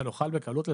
נוכל בקלות לזהות.